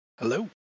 hello